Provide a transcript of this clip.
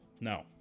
no